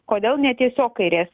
kodėl ne tiesiog kairė